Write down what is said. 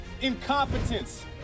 incompetence